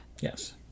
Yes